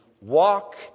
walk